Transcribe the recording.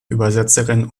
übersetzerin